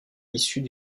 issue